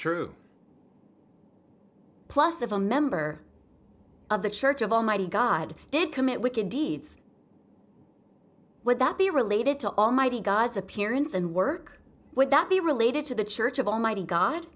true plus if a member of the church of almighty god did commit wicked deeds would that be related to almighty god's appearance and work would that be related to the church of almighty god